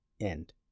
end